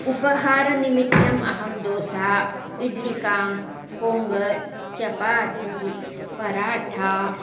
उपहारनिमित्यम् अहं दोसा इड्लिकां पोङ्गल् चपाति पराठा